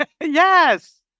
Yes